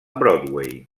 broadway